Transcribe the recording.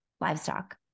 livestock